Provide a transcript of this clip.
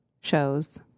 shows